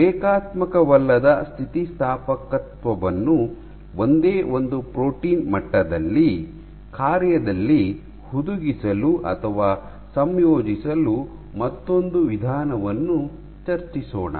ರೇಖಾತ್ಮಕವಲ್ಲದ ಸ್ಥಿತಿಸ್ಥಾಪಕತ್ವವನ್ನು ಒಂದೇ ಒಂದು ಪ್ರೋಟೀನ್ ಮಟ್ಟದಲ್ಲಿ ಕಾರ್ಯದಲ್ಲಿ ಹುದುಗಿಸಲು ಅಥವಾ ಸಂಯೋಜಿಸಲು ಮತ್ತೊಂದು ವಿಧಾನವನ್ನು ಚರ್ಚಿಸೋಣ